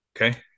Okay